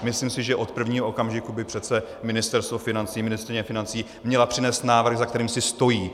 Myslím si, že od prvního okamžiku by přece Ministerstvo financí, ministryně financí měla přinést návrh, za kterým si stojí.